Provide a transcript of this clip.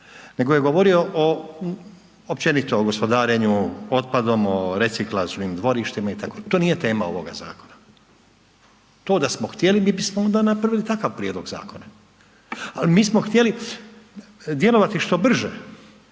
nego je govorio općenito o gospodarenju otpadom, o reciklažnim dvorištima itd., to nije tema ovoga zakona, to da smo htjeli, mi bismo onda napravili takav prijedlog zakona ali mi smo htjeli djelovati što brže,